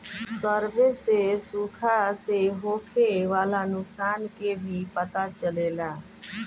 survey से सुखा से होखे वाला नुकसान के भी पता चलेला